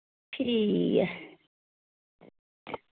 ठीक ऐ